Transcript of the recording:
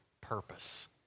purpose